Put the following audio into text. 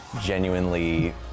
genuinely